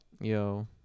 Yo